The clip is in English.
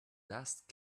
dust